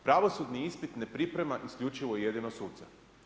Pravosudni ispit ne priprema isključivo i jedino suca.